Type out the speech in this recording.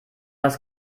das